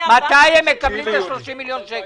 מתי הם מקבלים את ה-30 מיליון שקל?